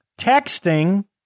Texting